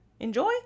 enjoy